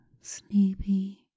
sleepy